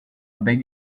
beg